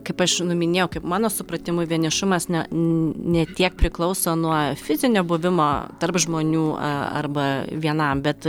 kaip aš nu minėjau kaip mano supratimu vienišumas ne n ne tiek priklauso nuo fizinio buvimo tarp žmonių arba vienam bet